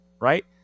right